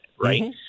right